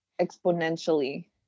exponentially